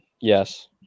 yes